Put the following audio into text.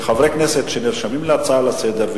שחברי כנסת שנרשמים להצעה לסדר-היום,